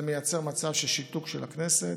זה מייצר מצב של שיתוק של הכנסת.